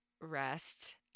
rest